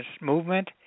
movement